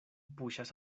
puŝas